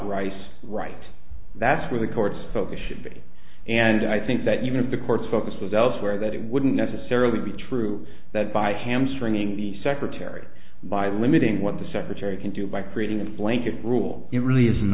christ right that's where the court's focus should be and i think that even if the courts focus was elsewhere that it wouldn't necessarily be true that by hamstringing the secretary by limiting what the secretary can do by creating a blanket rule it really is